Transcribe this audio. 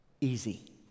Easy